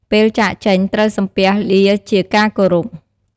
ពេលចាកចេញ ត្រូវសំពះលាជាការគោរព។